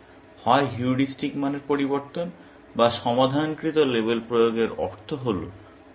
সুতরাং হয় হিউরিস্টিক মানের পরিবর্তন বা সমাধানকৃত লেবেল প্রয়োগের অর্থ হল